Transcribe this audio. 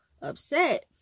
upset